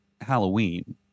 Halloween